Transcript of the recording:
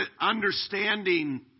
understanding